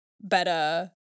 better